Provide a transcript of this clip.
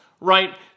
right